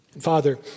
Father